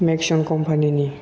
मेख्स'न कम्फानिनि